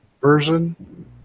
version